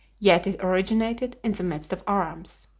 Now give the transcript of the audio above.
yet it originated in the midst of arms.